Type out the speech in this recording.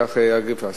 כי"ח אגריפס.